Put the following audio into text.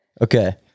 Okay